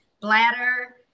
bladder